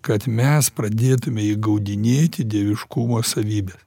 kad mes pradėtume įgaudinėti dieviškumo savybę